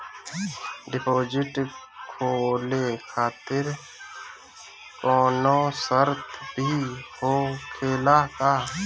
Deposit खोले खातिर कौनो शर्त भी होखेला का?